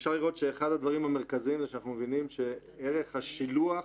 אפשר לראות שאחד הדברים המרכזיים זה שאנחנו מבינים שערך השילוח,